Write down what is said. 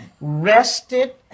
rested